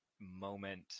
moment